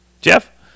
Jeff